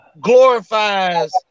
glorifies